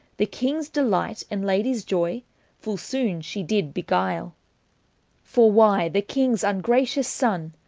the kinges delighte and ladyes joy full soon shee did beguile for why, the kinges ungracious sonne,